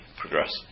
progress